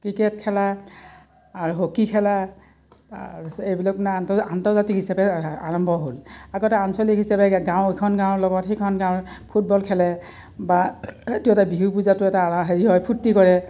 cricket খেলা আৰু hockey খেলা তাৰপিছত এইবিলাক না আ আন্তৰ্জাতিক হিচাপে আৰম্ভ হ'ল আগতে আঞ্চলিক হিচাপে গাঁও এইখন গাঁৱৰ লগত সেইখন গাঁৱৰ ফুটবল খেলে বা এইটো এটা বিহু পূজাটো এটা হেৰি হয় ফূৰ্তি কৰে